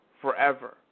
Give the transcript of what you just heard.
forever